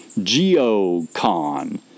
Geocon